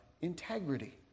integrity